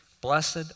Blessed